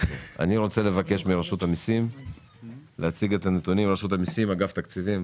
רוצה לבקש מרשות המיסים ומאגף התקציבים